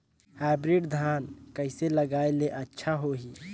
Hybrid धान कइसे लगाय ले अच्छा होही?